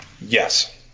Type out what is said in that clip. Yes